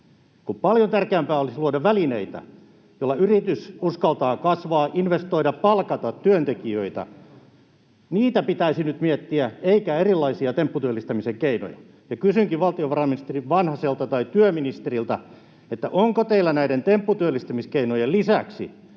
kun paljon tärkeämpää olisi luoda välineitä, joilla yritys uskaltaa kasvaa, investoida, palkata työntekijöitä. Niitä pitäisi nyt miettiä eikä erilaisia tempputyöllistämisen keinoja. Kysynkin valtiovarainministeri Vanhaselta tai työministeriltä: onko teillä näiden tempputyöllistämiskeinojen lisäksi